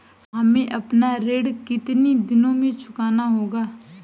हमें अपना ऋण कितनी दिनों में चुकाना होगा?